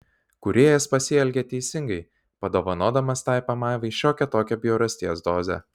kūrėjas pasielgė teisingai padovanodamas tai pamaivai šiokią tokią bjaurasties dozę